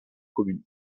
commune